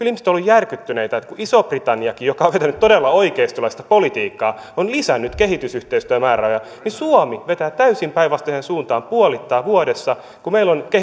ihmiset ovat olleet järkyttyneitä että kun iso britanniakin joka on vetänyt todella oikeistolaista politiikkaa on lisännyt kehitysyhteistyömäärärahoja niin suomi vetää täysin päinvastaiseen suuntaan puolittaa vuodessa kun meidän